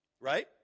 Right